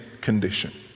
condition